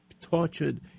tortured